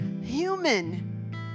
human